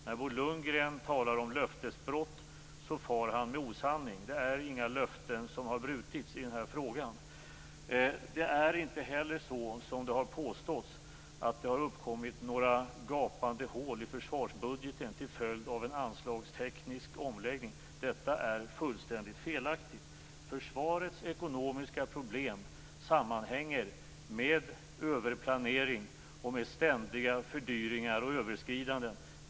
När Bo Lundgren talar om löftesbrott far han med osanning. Det har inte brutits några löften i den här frågan. Det är inte heller så, som det har påståtts, att det har uppkommit några gapande hål i försvarsbudgeten till följd av en anslagsteknisk omläggning. Detta är fullständigt felaktigt. Försvarets ekonomiska problem sammanhänger med överplanering och med ständiga fördyringar och överskridanden.